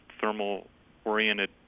thermal-oriented